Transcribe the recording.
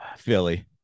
Philly